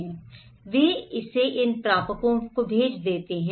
ठीक है वे इसे इन प्रापकों को भेज देते हैं